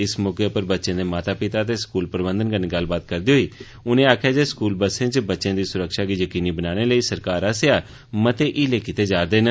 इस मौके उप्पर बच्चें दे माता पिता ते स्कूल प्रबंधन कन्नें गल्ल करदे होई उनें आक्खेया जे स्कूल बसें च बच्चे दी सुरक्षा गी यकीनी बनाने लेई सरकार आस्सेआ मते हीले कीते जा रदे न